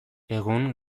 egun